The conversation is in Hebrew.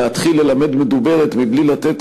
להתחיל ללמד ערבית מדוברת בלי לתת